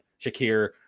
Shakir